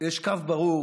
יש קו ברור